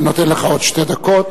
אני נותן לך עוד שתי דקות.